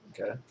Okay